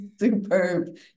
superb